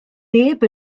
neb